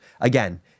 Again